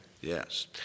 Yes